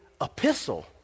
epistle